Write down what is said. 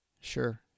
Sure